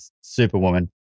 superwoman